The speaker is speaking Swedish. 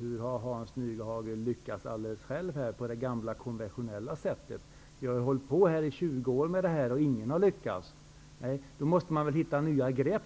hur har Hans Nyhage lyckats alldeles själv på det gamla, konventionella sättet? Vi har hållit på i 20 år med det här ärendet, men ingen har lyckats. Då måste man väl försöka hitta nya grepp.